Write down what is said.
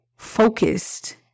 focused